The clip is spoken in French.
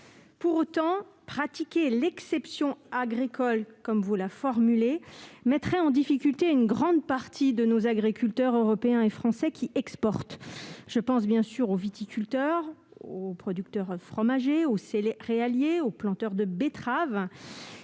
Pour autant, pratiquer l'exception agriculturelle, pour reprendre votre formule, mettrait en difficulté une grande partie de nos agriculteurs européens et français qui exportent. Je pense bien sûr aux viticulteurs, aux producteurs fromagers, aux céréaliers et aux planteurs de betteraves.